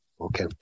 okay